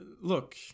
look